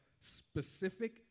specific